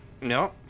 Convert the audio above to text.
no